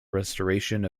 restoration